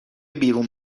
بیرون